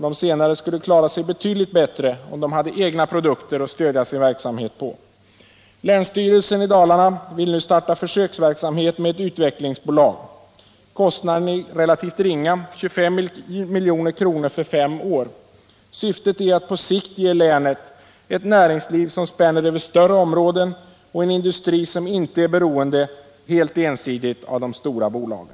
De senare skulle klara sig betydligt bättre om de hade egna produkter att stödja sin verksamhet på. Länsstyrelsen i Dalarna vill nu starta försöksverksamhet med ett utvecklingsbolag. Kostnaderna är relativt ringa, 25 milj.kr. för fem år. Syftet är att på sikt ge länet ett näringsliv som spänner över större områden och en industri som inte är beroende helt ensidigt av de stora bolagen.